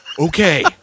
Okay